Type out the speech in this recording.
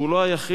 שהוא לא היחיד,